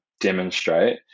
demonstrate